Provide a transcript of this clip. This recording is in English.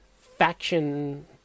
faction